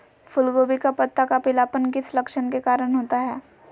फूलगोभी का पत्ता का पीलापन किस लक्षण के कारण होता है?